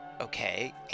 okay